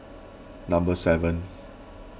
number seven